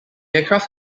aircraft